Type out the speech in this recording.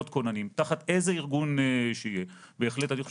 תחת איזה ארגון שיהיה - בהחלט.